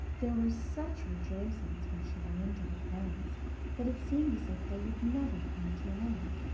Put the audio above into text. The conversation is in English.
there were such rejoicings when she went in to her parents that it seemed as if they would never come to an end.